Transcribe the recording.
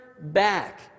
back